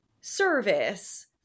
service